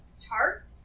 tart